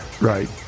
Right